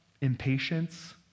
impatience